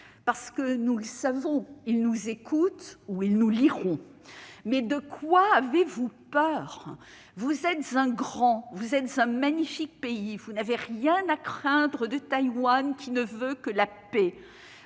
parce que, nous le savons, ils nous écoutent ou ils nous liront. Mais de quoi avez-vous peur ? Vous êtes un grand, vous êtes un magnifique pays, vous n'avez rien à craindre de Taïwan, qui ne veut que la paix